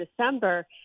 December